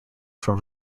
from